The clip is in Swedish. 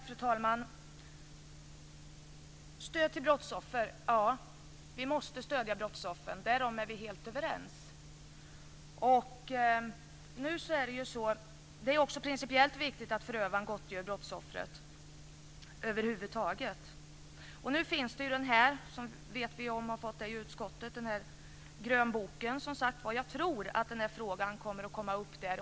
Fru talman! Stöd till brottsoffer, säger Gunnel Wallin. Ja, vi måste stödja brottsoffren, därom är vi helt överens. Det är också principiellt viktigt att förövaren gottgör brottsoffret över huvud taget. Nu finns en grönbok, och jag tror att den här frågan kommer att komma upp där.